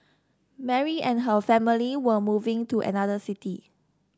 Mary and her family were moving to another city